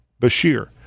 Bashir